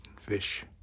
fish